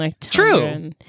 True